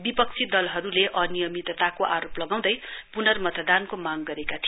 विपक्षी दलहरूले अनियमितताको आरोप लगाउँदै पर्नमतदानको मांग गरेको थियो